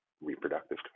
reproductive